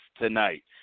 tonight